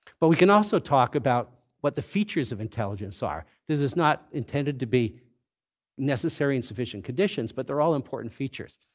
but we can also talk about what the features of intelligence are. this is not intended to be necessary and sufficient conditions, but they're all important features.